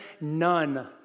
none